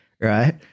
right